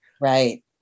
Right